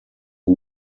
who